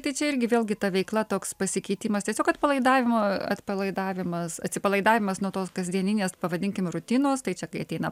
tai čia irgi vėlgi ta veikla toks pasikeitimas tiesiog atpalaidavimo atpalaidavimas atsipalaidavimas nuo tos kasdieninės pavadinkim rutinos tai čia kai ateina